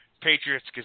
Patriots